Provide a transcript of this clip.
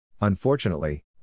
Unfortunately